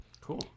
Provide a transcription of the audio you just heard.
Cool